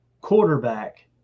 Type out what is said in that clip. quarterback